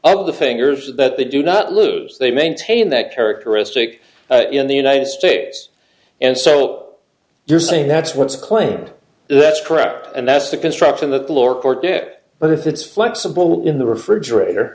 of the fingers that they do not lose they maintain that characteristic in the united states and so you're saying that's what's claimed that's correct and that's the construction the floor core dip but if it's flexible in the refrigerator